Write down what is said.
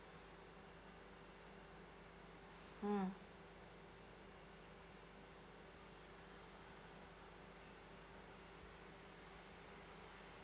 mm